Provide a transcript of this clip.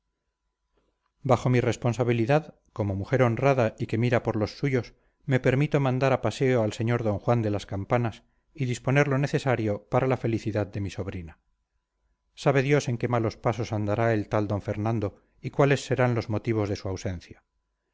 bajo mi responsabilidad como mujer honrada y que mira por los suyos me permito mandar a paseo al sr d juan de las campanas y disponer lo necesario para la felicidad de mi sobrina sabe dios en qué malos pasos andará el tal d fernando y cuáles serán los motivos de su ausencia